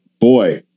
boy